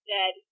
Dead